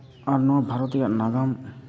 ᱟᱨ ᱱᱚᱣᱟ ᱵᱷᱟᱨᱚᱛ ᱨᱮᱭᱟᱜ ᱱᱟᱜᱟᱢ